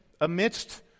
Amidst